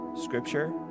scripture